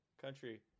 country